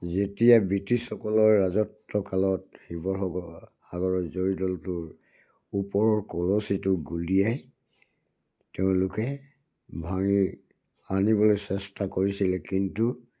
যেতিয়া ব্ৰিটিছসকলৰ ৰাজত্বকালত শিৱসাগৰ সাগৰৰ জয়দৌলটোৰ ওপৰৰ কলচীটো গুলিয়াই তেওঁলোকে ভাঙি আনিবলৈ চেষ্টা কৰিছিলে কিন্তু